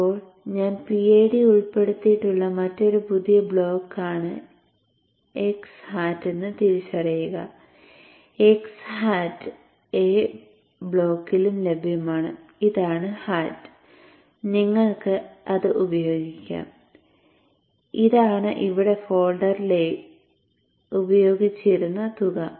ഇപ്പോൾ ഞാൻ PID ഉൾപ്പെടുത്തിയിട്ടുള്ള മറ്റൊരു പുതിയ ബ്ലോക്കാണ് x hat എന്ന് തിരിച്ചറിയുക x hat A ബ്ലോക്കിലും ലഭ്യമാണ് ഇതാണ് ഹാറ്റ് നിങ്ങൾക്ക് അത് ഉപയോഗിക്കാം ഇതാണ് ഇവിടെ ഉപയോഗിച്ചിരിക്കുന്ന തുക